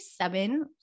seven